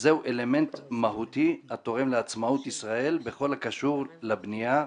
זהו אלמנט מהותי התורם לעצמאות ישראל בכל הקשור לבנייה ולתשתיות.